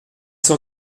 cent